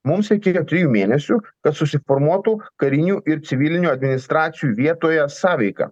mums reikėjo trijų mėnesių kad susiformuotų karinių ir civilinių administracijų vietoje sąveika